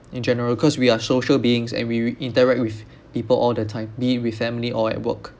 in general cause we are social beings and we we interact with people all the time be it with family or at work